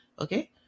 okay